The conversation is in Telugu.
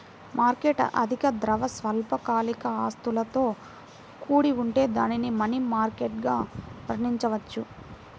మార్కెట్ అధిక ద్రవ, స్వల్పకాలిక ఆస్తులతో కూడి ఉంటే దానిని మనీ మార్కెట్గా వర్ణించవచ్చు